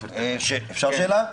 אפשר שאלה?